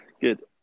Good